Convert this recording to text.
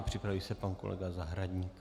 Připraví se pan kolega Zahradník.